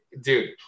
Dude